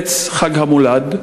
עץ חג המולד,